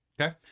Okay